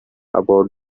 about